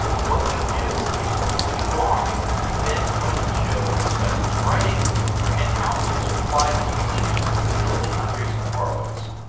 what you do is who you are ben joins the show to discuss his writing and how he has applied his beliefs to building andreessen horowitz,